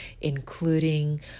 including